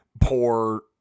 poor